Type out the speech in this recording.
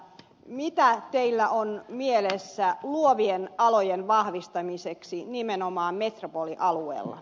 mitä teillä on mielessä luovien alojen vahvistamiseksi nimenomaan metropolialueella